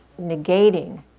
negating